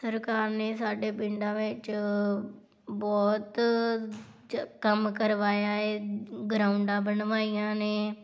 ਸਰਕਾਰ ਨੇ ਸਾਡੇ ਪਿੰਡਾਂ ਵਿੱਚ ਬਹੁਤ ਕੰਮ ਕਰਵਾਇਆ ਹੈ ਗਰਾਊਂਡਾਂ ਬਣਵਾਈਆਂ ਨੇ